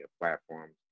platforms